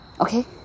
Okay